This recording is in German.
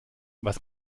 was